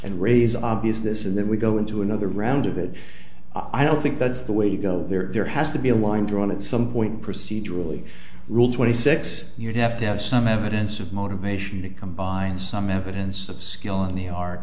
and raise obvious this in that we go into another round of it i don't think that's the way to go there has to be a line drawn at some point procedurally rule twenty six you have to have some evidence of motivation to combine some evidence of skill in the ar